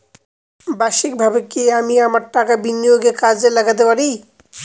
বার্ষিকভাবে কি আমি আমার টাকা বিনিয়োগে কাজে লাগাতে পারি?